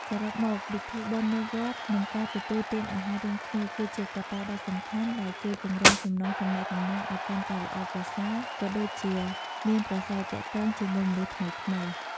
សរុបមក ពិធីបុណ្យនៅវត្ត និងការទទួលទានអាហាររួមគ្នា គឺជាកត្តាដ៏សំខាន់ដែលជួយ ពង្រឹងចំណងទំនាក់ទំនងឲ្យកាន់តែល្អប្រសើរ ក៏ដូចជាមានប្រាស្រ័យទាក់ទងជាមួយមនុស្សថ្មីៗ។